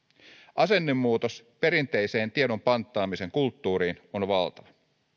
asennemuutos perinteiseen tiedon panttaamisen kulttuuriin on valtava